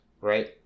right